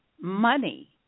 money